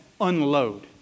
unload